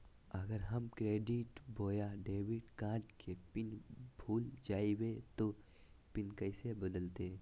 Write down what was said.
अगर हम क्रेडिट बोया डेबिट कॉर्ड के पिन भूल जइबे तो पिन कैसे बदलते?